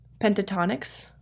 pentatonics